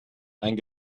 einen